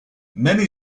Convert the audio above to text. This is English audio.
many